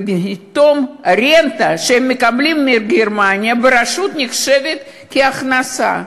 ופתאום הרנטה שהם מקבלים מגרמניה נחשבת ברשות כהכנסה.